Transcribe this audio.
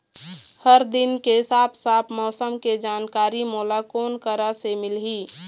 हर दिन के साफ साफ मौसम के जानकारी मोला कोन करा से मिलही?